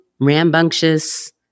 rambunctious